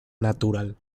natural